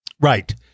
Right